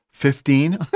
Fifteen